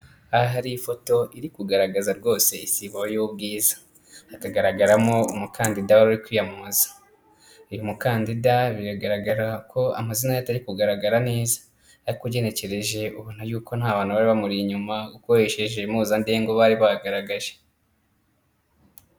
Aha hari ifoto iri kugaragaza rwose isibo y'ubwiza, hakagaragaramo umukandida wari kwiyamamaza. Uyu mukandida biragaragara ko amazina ye atari kugaragara neza ariko ugenekereje ubona yuko nta bantu bari bamuri inyuma ukoresheje impuzandengo bari bagaragaje.